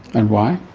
and why?